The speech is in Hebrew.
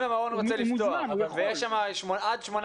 אם המעון רוצה לפתוח ויש בו עד שמונה